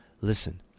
listen